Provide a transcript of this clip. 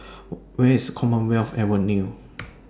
Where IS Commonwealth Avenue